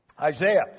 Isaiah